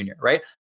right